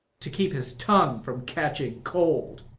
to keep his tongue from catching cold.